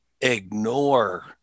ignore